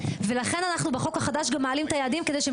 ולכן אנחנו בחוק החדש גם מעלים את היעדים כדי שהם